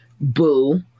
Boo